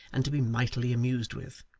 and to be mightily amused with.